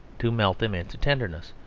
to melt them into tenderness,